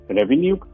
revenue